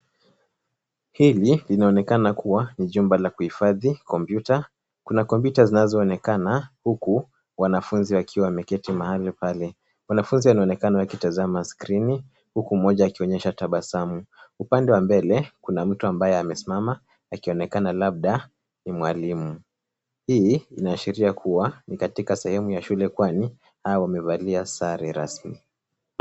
Hili linaonekana ni jumba la kuhifadhi kompyuta. Kuna kompyuta zinazoonekana huku wanafunzi wakiwa wameketi mahali pale. Wanafunzi wanaonekana wakitazama skrini huku mmoja akionyesha tabasamu. Upande wa mbele kuna mtu ambaye amesimama akionekana labda ni mwalimu. Hii inaashiria kuwa ni katika sehemu ya shule kwani hao wamevalia sare rasmi.